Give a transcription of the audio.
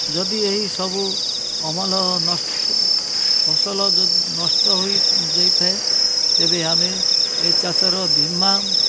ଯଦି ଏଇସବୁ ଅମଲ ନଷ୍ଟ ଫସଲ ଯଦି ନଷ୍ଟ ହୋଇଯାଇଥାଏ ତେବେ ଆମେ ଏଇ ଚାଷର ବୀମା